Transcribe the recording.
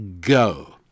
Go